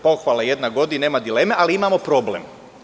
Pohvala jedna godi, nema dileme, ali imamo problem.